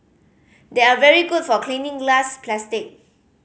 they are very good for cleaning glass plastic